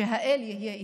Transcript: שהאל יהיה איתך,